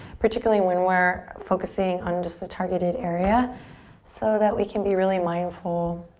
particularly when we're focusing on just the targeted area so that we can be really mindful.